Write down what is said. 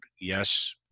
yes